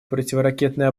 противоракетной